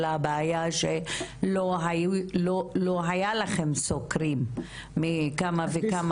אלא בעיה שלא היה לכם סוקרים מכמה וכמה